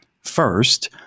First